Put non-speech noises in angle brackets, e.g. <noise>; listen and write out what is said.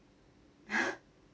<laughs>